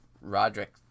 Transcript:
Roderick